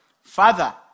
Father